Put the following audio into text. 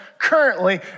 currently